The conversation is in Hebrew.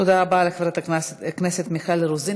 תודה רבה לחברת הכנסת מיכל רוזין.